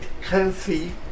healthy